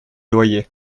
loyers